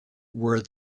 were